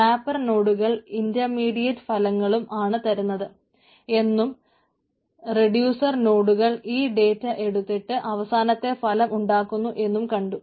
mapper നോഡുകൾ intermediate ഫലങ്ങളും ആണ് തരുന്നത് എന്നും റെഡിയൂസർ നോഡുകൾ ഈ ഡേറ്റ എടുത്തിട്ട് അവസാനത്തെ ഫലം ഉണ്ടാക്കുന്നു എന്നും കണ്ടു